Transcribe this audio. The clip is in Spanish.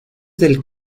del